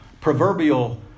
proverbial